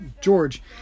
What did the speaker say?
George